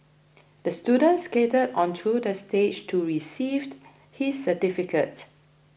the student skated onto the stage to receive his certificate